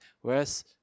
Whereas